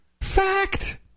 Fact